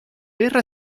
guerra